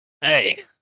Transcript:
Hey